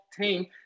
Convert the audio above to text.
team